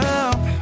up